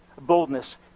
boldness